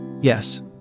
Yes